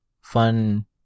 fun